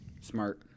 smart